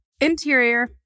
Interior